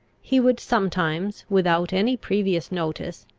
he would sometimes, without any previous notice,